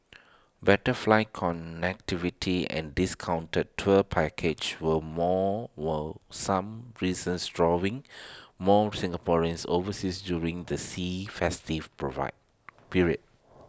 better flight connectivity and discounted tour packages were more were some reasons drawing more Singaporeans overseas during the sea festive provide period